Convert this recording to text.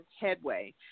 headway